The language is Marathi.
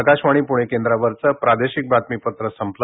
आकाशवाणी प्रणे केंद्रावरचं प्रादेशिक बातमीपत्र संपलं